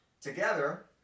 Together